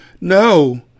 no